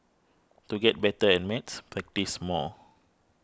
to get better at maths practise more